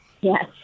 yes